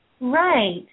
Right